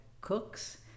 cooks